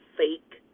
fake